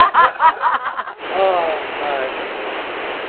ah ah, i've missed